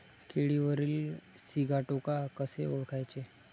केळीवरील सिगाटोका कसे ओळखायचे?